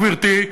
גברתי,